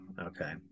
Okay